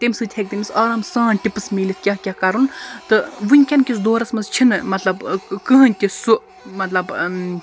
تمہِ سۭتۍ ہیٚکہِ تٔمس آرام سان ٹِپٕس مِلِتھ کیاہ کیاہ کَرُن تہٕ ونکیٚن کِس دورَس مَنٛز چھنہٕ مطلب کٕہٕنۍ تہِ سُہ مَطلَب